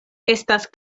estas